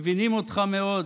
מבינים אותך מאוד,